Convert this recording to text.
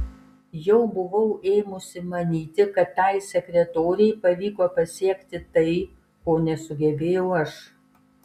jau buvau ėmusi manyti kad tai sekretorei pavyko pasiekti tai ko nesugebėjau aš